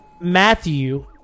Matthew